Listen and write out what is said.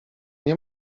nie